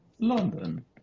London